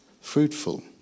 fruitful